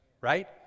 right